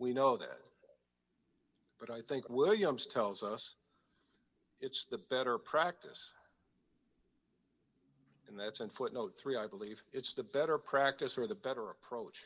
we know that but i think williams tells us it's the better practice and that's and footnote three i believe it's the better practice or the better approach